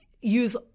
Use